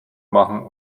machen